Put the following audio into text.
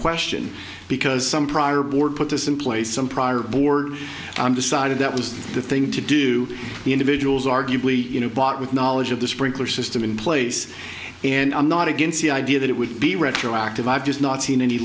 question because some prior board put this in place some prior board i'm decided that was the thing to do the individuals arguably you know bought with knowledge of the sprinkler system in place and i'm not against the idea that it would be retroactive i've just not seen any